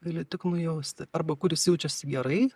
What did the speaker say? gali tik nujausti arba kur jis jaučiasi gerai